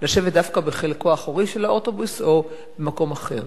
לשבת דווקא בחלקו האחורי של האוטובוס או במקום אחר.